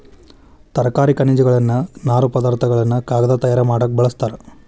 ತರಕಾರಿ ಖನಿಜಗಳನ್ನ ನಾರು ಪದಾರ್ಥ ಗಳನ್ನು ಕಾಗದಾ ತಯಾರ ಮಾಡಾಕ ಬಳಸ್ತಾರ